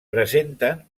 presenten